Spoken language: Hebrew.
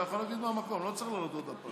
אתה יכול להגיד מהמקום, לא צריך לעלות עוד פעם.